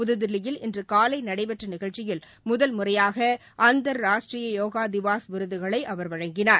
புதுதில்லியில் இன்று காலை நடைபெற்ற நிகழ்ச்சியில் முதல் முறையாக அந்தர் ராஷ்ட்ரீய யோகா திவாஸ் விருதுகளை அவர் வழங்கினார்